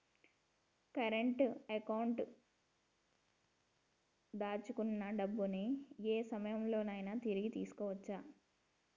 current అకౌంట్లో దాచుకున్న డబ్బుని యే సమయంలోనైనా తిరిగి తీసుకోవచ్చు